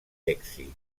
èxit